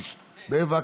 יואב קיש, בבקשה.